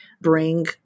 bring